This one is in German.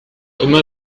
immer